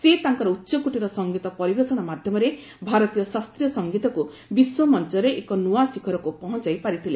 ସେ ତାଙ୍କର ଉଚ୍ଚକୋଟୀର ସଂଗୀତ ପରିବେଷଣ ମାଧ୍ୟମରେ ଭାରତୀୟ ଶାସ୍ତ୍ରୀୟ ସଂଗୀତକ୍ତ ବିଶ୍ୱମଞ୍ଚରେ ଏକ ନୂଆ ଶିଖରକୁ ପହଞ୍ଚାଇ ପାରିଥିଲେ